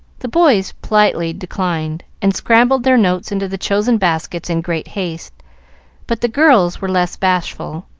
the boys politely declined, and scrambled their notes into the chosen baskets in great haste but the girls were less bashful.